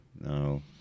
No